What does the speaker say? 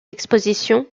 expositions